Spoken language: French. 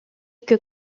que